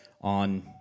on